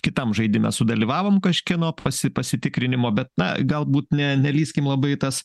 kitam žaidime sudalyvavom kažkieno pasi pasitikrinimo bet na galbūt ne nelįskim labai į tas